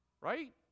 right